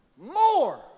More